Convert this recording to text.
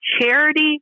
Charity